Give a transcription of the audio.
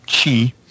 chi